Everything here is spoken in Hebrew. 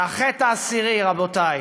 והחטא העשירי, רבותיי,